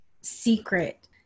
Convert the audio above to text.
secret